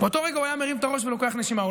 באותו רגע הוא היה מרים את הראש ולוקח נשימה.